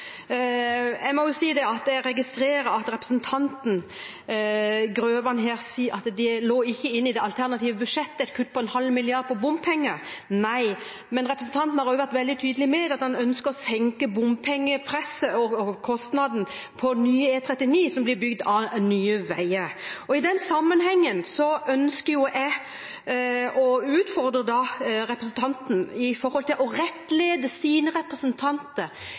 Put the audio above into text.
Jeg registrerer at representanten Grøvan sier at det ikke lå inne et kutt på 0,5 mrd. kr på bompenger i det alternative budsjettet – nei. Men representanten har vært veldig tydelig på at han ønsker å senke bompengepresset og kostnaden på nye E39 som blir bygd av Nye Veier. I den sammenhengen ønsker jeg å utfordre representanten når det gjelder å rettlede sine representanter